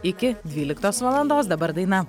iki dvyliktos valandos dabar daina